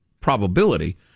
probability